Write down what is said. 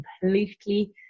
completely